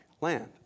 land